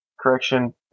Correction